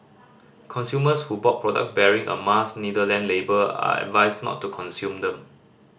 consumers who bought products bearing a Mars Netherlands label are advised not to consume them